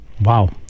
Wow